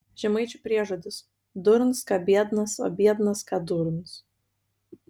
žemaičių priežodis durns ką biednas o biednas ką durns